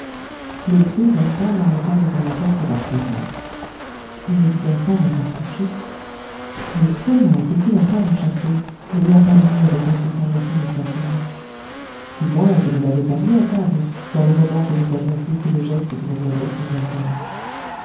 le bruit d'un pas m'arrêta devant la porte d'arthur rance il n'était donc pas encore couché mais comment était-il encore au château n'ayant pas dîné avec m stangerson et sa fille du moins je ne l'avais pas vu à table dans le moment que nous avions saisi le geste de